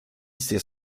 ser